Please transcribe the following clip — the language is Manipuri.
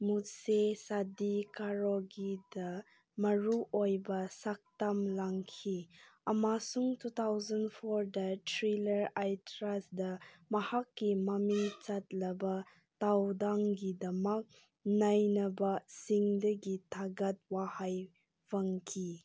ꯃꯨꯖꯦ ꯁꯥꯗꯤ ꯀꯔꯣꯒꯤꯗ ꯃꯔꯨꯑꯣꯏꯕ ꯁꯛꯇꯝ ꯂꯥꯡꯈꯤ ꯑꯃꯁꯨꯡ ꯇꯨ ꯊꯥꯎꯖꯟ ꯐꯣꯔꯗ ꯊ꯭ꯔꯤꯂꯔ ꯑꯥꯏꯇ꯭ꯔꯁꯗ ꯃꯍꯥꯛꯀꯤ ꯃꯃꯤꯡ ꯆꯠꯂꯕ ꯊꯧꯗꯥꯡꯒꯤꯗꯃꯛ ꯅꯩꯅꯕꯁꯤꯡꯗꯒꯤ ꯊꯥꯒꯠ ꯋꯥꯍꯩ ꯐꯪꯈꯤ